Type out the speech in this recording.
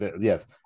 Yes